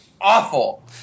awful